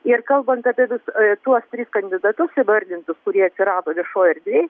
ir kalbant apie vis tuos tris kandidatus įvardintus kurie atsirado viešojoj erdvėj